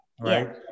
right